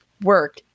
work